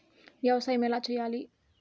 వ్యవసాయం ఎలా చేయాలి?